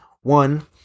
one